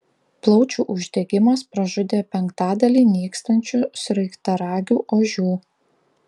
plaučių uždegimas pražudė penktadalį nykstančių sraigtaragių ožių